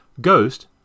Ghost